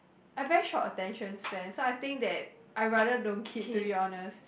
I very short attention span so I think that I rather don't keep to be honest